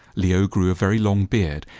leo grew a very long beard,